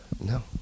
no